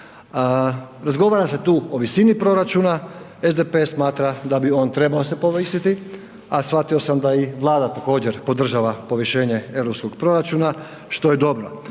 Razgovara se tu o visini proračuna, SDP smatra da bi se on trebao povisiti, a shvatio sam da i Vlada također podržava povišenje europskog proračuna, što je dobro.